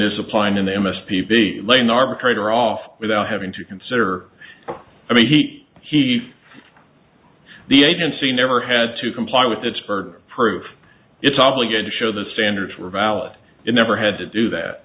is applying an m s p be laying arbitrator off without having to consider i mean he he the agency never had to comply with its burden of proof its obligation to show the standards were valid it never had to do that